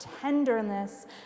tenderness